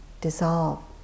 dissolve